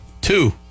Two